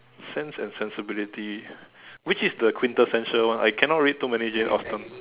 Sense and Sensibility which is the quintessential one I cannot read too many Jane-Austen